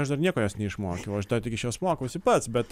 aš dar nieko jos neišmokiau aš dar tik iš jos mokausi pats bet